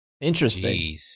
Interesting